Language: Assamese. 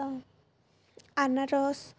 আনাৰস